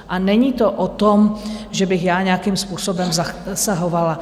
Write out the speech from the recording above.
A není to o tom, že bych já nějakým způsobem zasahovala.